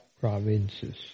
provinces